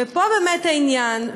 ופה באמת העניין,